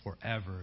forever